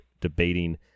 debating